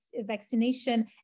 vaccination